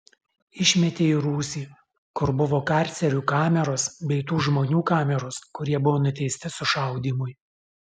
išmetė į rūsį kur buvo karcerių kameros bei tų žmonių kameros kurie buvo nuteisti sušaudymui